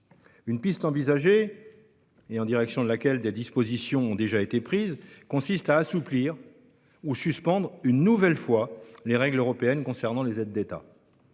Une piste envisagée, en direction de laquelle des dispositions ont déjà été prises, consiste à assouplir ou suspendre une nouvelle fois les règles européennes concernant les aides d'État